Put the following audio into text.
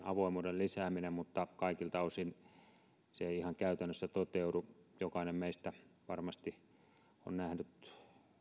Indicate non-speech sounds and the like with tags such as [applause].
[unintelligible] avoimuuden lisääminen mutta kaikilta osin se ei ihan käytännössä toteudu jokainen meistä varmasti on nähnyt